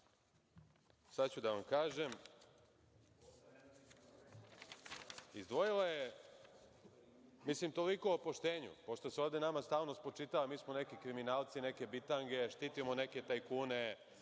sada ću da vam kažem, izdvojila je… Mislim toliko o poštenju, pošto se ovde nama stalno spočitava da smo neki kriminalci, neke bitange, štitimo neke tajkune,